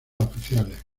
oficiales